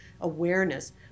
awareness